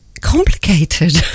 complicated